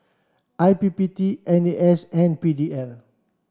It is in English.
I P P T N A S and P D L